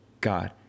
God